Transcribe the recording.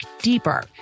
deeper